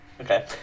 Okay